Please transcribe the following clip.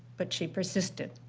but she persisted.